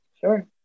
Sure